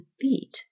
feet